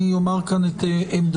אני אומר את עמדתי,